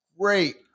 great –